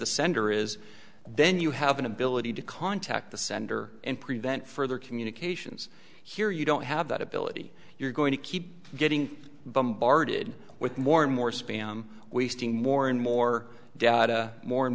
the sender is then you have an ability to contact the sender and prevent further communications here you don't have that ability you're going to keep getting bombarded with more and more spam wasting more and more more and